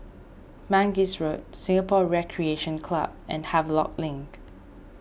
Mangis Road Singapore Recreation Club and Havelock Link